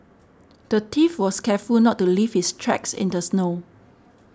the thief was careful not to leave his tracks in the snow